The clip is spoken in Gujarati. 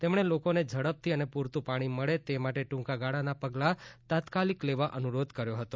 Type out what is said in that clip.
તેમણે લોકોને ઝડપથી અને પૂરતું પાણી મળે તે માટેના ટૂંકાગાળાના પગલાં તાત્કાલિક લેવા અનુરોધ કર્યો હતો